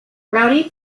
rowdy